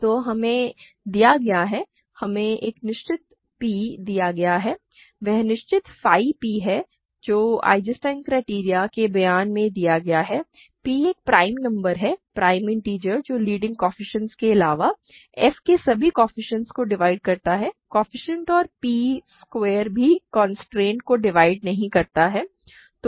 तो हमें दिया गया है हमें एक निश्चित p दिया गया है वह निश्चित phi p है जो आइजेंस्टाइन क्राइटेरियन के बयान में दिया गया है p एक प्राइम नंबर है प्राइम इन्टिजर जो लीडिंग कोएफ़िशिएंटस के अलावा f के सभी कोएफ़िशिएंटस को डिवाइड करता है कोएफ़िशिएंट और p स्क्वायर भी कॉन्सट्रेंट को डिवाइड नहीं करता है